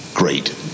great